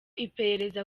iperereza